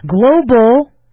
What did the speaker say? global